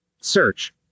Search